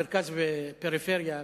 מרכז ופריפריה,